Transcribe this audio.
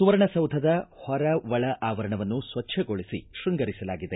ಸುವರ್ಣಸೌಧದ ಹೊರ ಒಳ ಆವರಣವನ್ನು ಸ್ವಚ್ದಗೊಳಿಸಿ ಶೃಂಗರಿಸಲಾಗಿದೆ